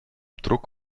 druck